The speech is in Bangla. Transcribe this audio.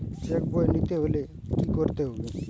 চেক বই নিতে হলে কি করতে হবে?